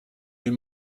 est